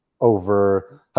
over